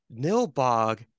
Nilbog